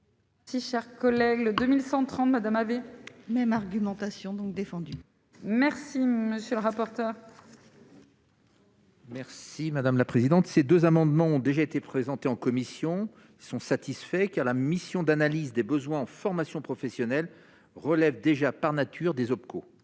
Si cher collègue 2130 Madame avait même argumentation donc défendu merci, monsieur le rapporteur. Merci madame la présidente, ces 2 amendements ont déjà été présentés en commission sont satisfaits, car la mission d'analyse des besoins en formation professionnelle relève déjà par nature des OPCA